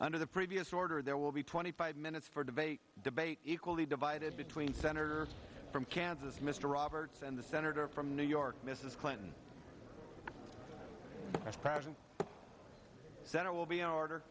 under the previous order there will be twenty five minutes for debate debate equally divided between senator from kansas mr roberts and the senator from new york mrs clinton was present said it will be an order